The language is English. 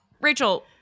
Rachel